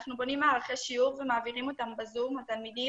אנחנו בונים מערכי שיעור ומעבירים אותם בזום לתלמידים,